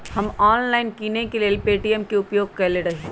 हम ऑनलाइन किनेकेँ लेल पे.टी.एम के उपयोग करइले